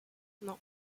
non